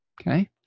Okay